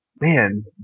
Man